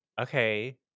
Okay